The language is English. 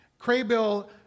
Craybill